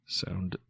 sound